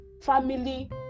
family